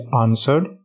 answered